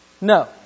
No